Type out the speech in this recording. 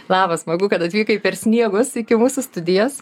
labai smagu kad atvykai per sniegus iki mūsų studijas